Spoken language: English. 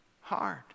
hard